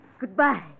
Goodbye